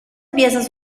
piezas